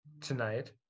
tonight